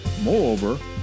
Moreover